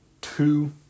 two